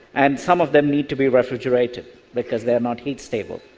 and some of them need to be refrigerated because they are not heat stable.